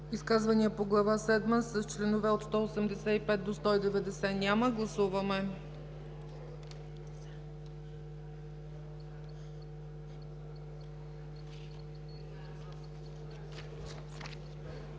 Изказвания по Глава седма с членове от 185 до 190? Няма. Гласували